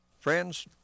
Friends